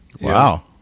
Wow